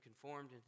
conformed